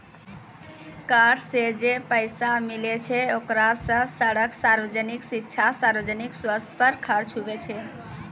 कर सं जे पैसा मिलै छै ओकरा सं सड़क, सार्वजनिक शिक्षा, सार्वजनिक सवस्थ पर खर्च हुवै छै